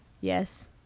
Yes